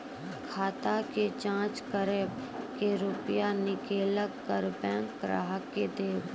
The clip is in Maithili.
खाता के जाँच करेब के रुपिया निकैलक करऽ बैंक ग्राहक के देब?